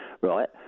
Right